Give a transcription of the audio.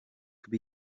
could